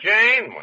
Jane